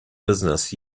business